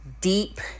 deep